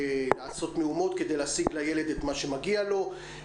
לעשות מהומות כדי להשיג לילד את מה שמגיע לו.